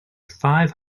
five